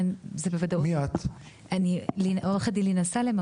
אני עורך דין לינא סאלם,